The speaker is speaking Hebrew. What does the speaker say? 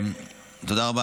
תודה רבה.